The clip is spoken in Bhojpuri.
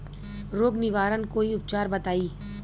रोग निवारन कोई उपचार बताई?